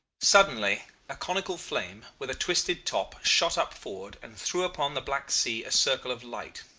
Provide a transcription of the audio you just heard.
suddenly a conical flame with a twisted top shot up forward and threw upon the black sea a circle of light,